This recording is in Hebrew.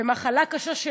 ומחלה קשה.